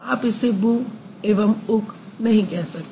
आप इसे बु एवं उक नहीं कह सकते